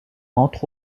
entre